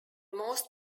most